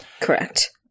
correct